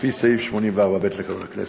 לפי סעיף 84(ב) לתקנון הכנסת.